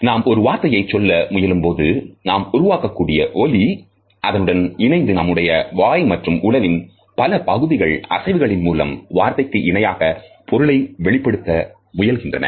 நாம் ஒரு வார்த்தையை சொல்ல முயலும்போது நாம் உருவாக்கக்கூடிய ஓலி அதனுடன் இணைந்து நம்முடைய வாய் மற்றும் உடலின் பல பகுதிகள் அசைவுகளின் மூலம் வார்த்தைக்கு இணையாக பொருளை வெளிப்படுத்த முயல்கின்றன